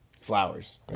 Flowers